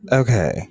okay